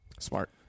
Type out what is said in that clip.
smart